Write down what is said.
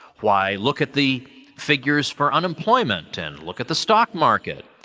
why, look at the figures for unemployment and look at the stock market.